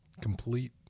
complete